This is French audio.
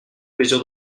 plaisir